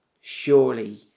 Surely